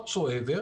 what so ever,